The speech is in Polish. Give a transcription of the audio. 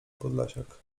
podlasiak